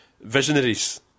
Visionaries